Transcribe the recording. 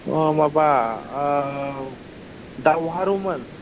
अ माबा दावहारुमोन